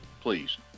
please